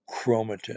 chromatin